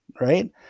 Right